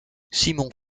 simon